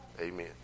Amen